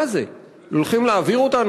מה זה, הולכים להעביר אותנו?